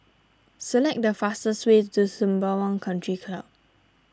select the fastest way to Sembawang Country Club